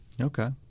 okay